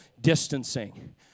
distancing